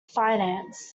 finance